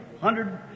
hundred